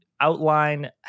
outline